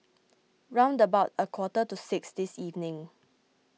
round about a quarter to six this evening